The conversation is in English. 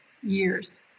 years